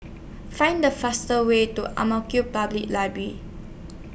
Find The fastest Way to Ang Mo Kio Public Library